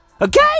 Okay